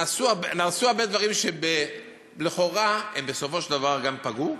נעשו הרבה דברים שלכאורה בסופו של דבר גם פגעו,